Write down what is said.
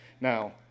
Now